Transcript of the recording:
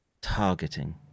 targeting